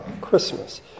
Christmas